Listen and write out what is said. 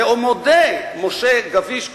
ומודה משה גביש,